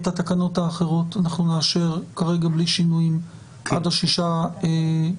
את התקנות האחרות אנחנו נאשר כרגע בלי שינויים עד ה-6 באפריל.